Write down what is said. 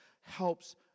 helps